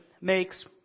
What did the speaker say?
makes